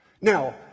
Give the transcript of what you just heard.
Now